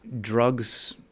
Drugs